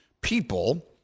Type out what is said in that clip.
people